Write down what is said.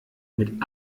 mit